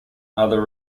other